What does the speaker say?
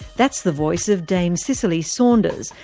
that's the voice of dame cicely saunders,